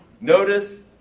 Notice